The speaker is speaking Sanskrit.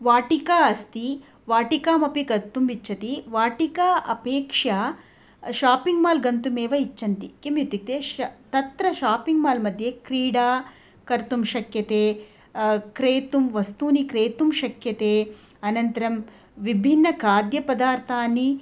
वाटिका अस्ति वाटिकामपि गन्तुम् इच्छन्ति वाटिका अपेक्षया शापिङ्ग् माल् गन्तुम् एव इच्छन्ति किमित्युक्ते श् तत्र शापिङ्ग् माल्मध्ये क्रीडा कर्तुं शक्यते क्रेतुं वस्तूनि क्रेतुं शक्यते अनन्नतरं विभिन्न खाद्यपदार्थानि